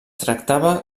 tractava